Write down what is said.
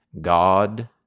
God